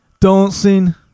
Dancing